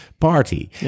party